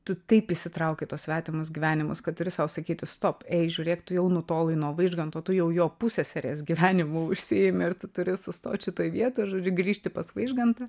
tu taip įsitrauki į tuos svetimus gyvenimus kad turi sau sakyti stop ei žiūrėk tu jau nutolai nuo vaižganto tu jau jo pusseserės gyvenimu užsiimi ir tu turi sustot šitoj vietoj ir žodžiu grįžti pas vaižgantą